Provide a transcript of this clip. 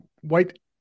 white